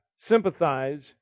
sympathize